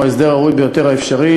הוא ההסדר הראוי ביותר האפשרי.